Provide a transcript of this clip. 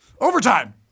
Overtime